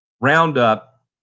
Roundup